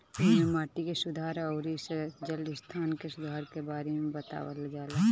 एमे माटी के सुधार अउरी जल संरक्षण के सुधार के बारे में बतावल जाला